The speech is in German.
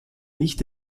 nicht